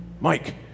Mike